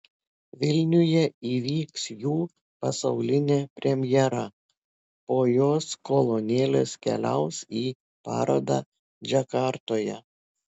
vilniuje įvyks jų pasaulinė premjera po jos kolonėlės keliaus į parodą džakartoje